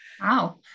Wow